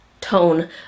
tone